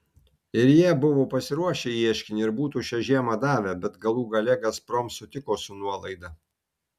ir jie buvo pasiruošę ieškinį ir būtų šią žiemą davę bet galų gale gazprom sutiko su nuolaida